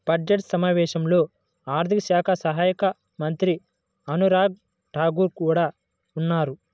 budget సమావేశాల్లో ఆర్థిక శాఖ సహాయక మంత్రి అనురాగ్ ఠాకూర్ కూడా ఉన్నారు